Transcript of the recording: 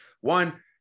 one